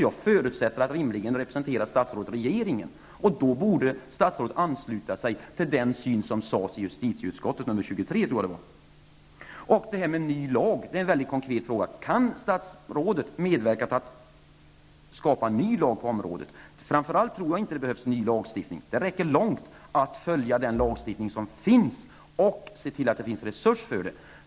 Jag förutsätter att statsrådet rimligen representerar regeringen. Då borde statsrådet ansluta sig till den syn som justitieutskottet gav uttryck för i våras, jag tror att det var i betänkande 23. Min fråga om en ny lag är mycket konkret. Kan statsrådet medverka till att skapa en ny lag på området? Jag tror inte att det behövs en ny lagstiftning. Det räcker långt att följa den lagstiftning som finns och se till att det finns resurser för det.